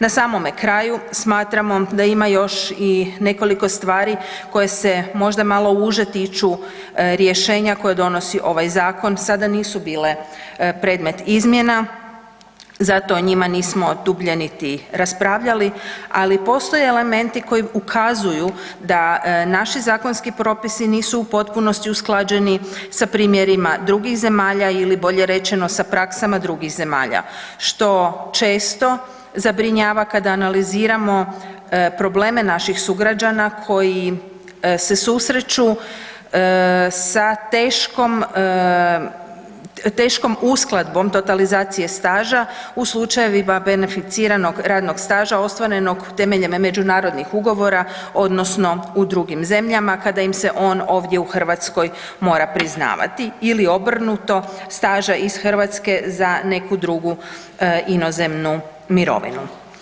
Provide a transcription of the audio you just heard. Na samome kraju smatramo da ima još i nekoliko stvari koje se možda malo uže tiču rješenja koje donosi ovaj zakon sada nisu bile predmet izmjena zato o njima nismo niti dublje raspravljali, ali postoje elementi koji ukazuju da naši zakonski propisi nisu u potpunosti usklađeni sa primjerima drugih zemalja ili bolje rečeno sa praksama drugih zemalja što često zabrinjava kada analiziramo probleme naših sugrađana koji se susreću sa teškom, teškom uskladbom totalizacije staža u slučajevima beneficiranog radnog staža ostvarenog temeljem međunarodnih ugovora odnosno u drugim zemljama kada im se ovdje u Hrvatskoj mora priznavati ili obrnuto staža iz Hrvatske za neku drugu inozemnu mirovinu.